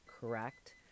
correct